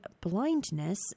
blindness